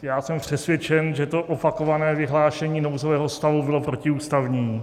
Já jsem přesvědčen, že to opakované vyhlášení nouzového stavu bylo protiústavní.